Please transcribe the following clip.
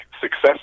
success